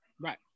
Right